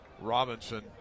robinson